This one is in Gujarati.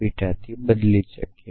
બીટા થી બદલી શકીએ